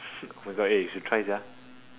oh my god eh you should try sia